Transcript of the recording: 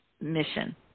mission